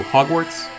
Hogwarts